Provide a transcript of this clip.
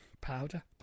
Powder